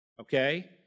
okay